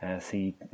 see